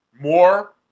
more